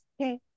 okay